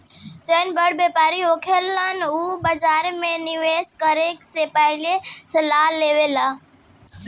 जौन बड़ व्यापारी होखेलन उ बाजार में निवेस करे से पहिले सलाह लेवेलन